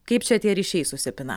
kaip čia tie ryšiai susipina